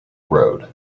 road